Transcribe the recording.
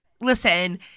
Listen